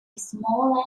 small